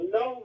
no